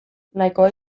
nahikoa